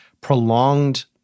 prolonged